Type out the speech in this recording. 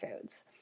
foods